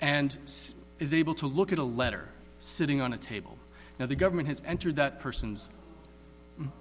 and is able to look at a letter sitting on a table now the government has entered that person's